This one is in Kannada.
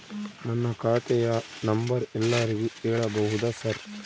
ನನ್ನ ಖಾತೆಯ ನಂಬರ್ ಎಲ್ಲರಿಗೂ ಹೇಳಬಹುದಾ ಸರ್?